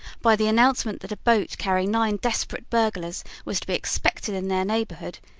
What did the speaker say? by the announcement that a boat carrying nine desperate burglars was to be expected in their neighborhood,